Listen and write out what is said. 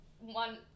one